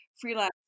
freelance